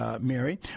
mary